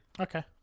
Okay